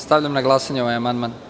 Stavljam na glasanje ovaj amandman.